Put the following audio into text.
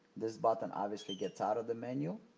this button obviously gets out of the menu.